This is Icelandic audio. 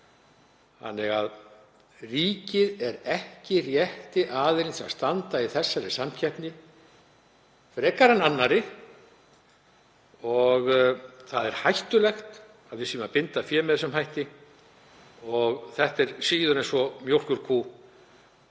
banka. Ríkið er ekki rétti aðilinn til að standa í þessari samkeppni frekar en annarri og það er hættulegt að við séum að binda fé með þessum hætti. Þetta er síður en svo mjólkurkýr